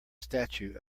statue